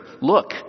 look